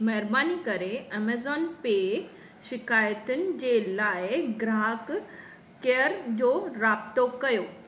महिरबानी करे ऐमज़ॉन पे शिकायतुनि जे लाइ ग्राहक केयर जो राबितो कयो